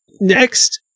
Next